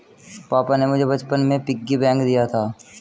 पापा ने मुझे बचपन में पिग्गी बैंक दिया था